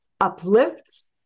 uplifts